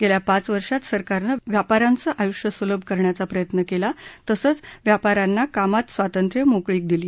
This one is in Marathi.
गेल्या पाच वर्षांत सरकारनं व्यापारांचं आयुष्य सुलभ करण्याचा प्रयत्न केला तसंच व्यापारांना कामात स्वातंत्र्य मोकळीक दिली